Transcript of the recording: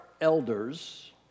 elders